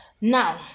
now